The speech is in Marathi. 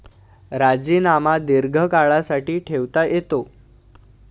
राजमा दीर्घकाळासाठी ठेवता येतो